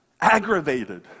aggravated